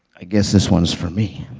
i guess this one's for me.